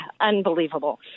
unbelievable